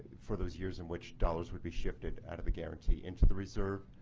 for those years in which dollars would be shifted out of the guarantee into the reserve.